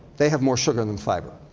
they have more sugar than fiber.